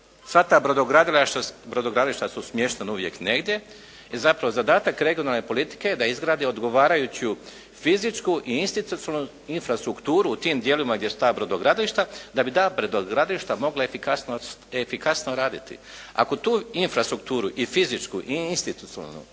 Sva ta brodogradilišta su smještena uvijek negdje i zato zadatak regionalne politike je da izgradi odgovarajuću fizičku i institucionalnu infrastrukturu u tim dijelovima gdje su ta brodogradilišta da bi ta brodogradilišta mogla efikasno raditi. Ako tu infrastrukturu i fizičku i institucionalnu